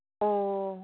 ᱚᱻ